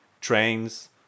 trains